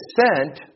sent